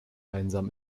einsam